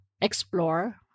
explore